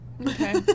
Okay